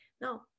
no